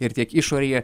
ir tiek išorėje